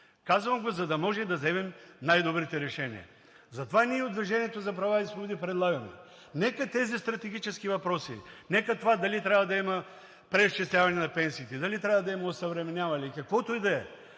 Казвам го, за да можем да вземем най-добрите решения. Затова ние от „Движение за права и свободи“ предлагаме – нека тези стратегически въпроси, нека това дали трябва да има преизчисляване на пенсиите, дали трябва да има осъвременяване, или каквото и да е,